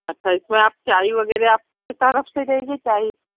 अच्छा इस में आप चाय वग़ैरह आप के तरफ़ से जाएगी चाय